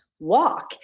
walk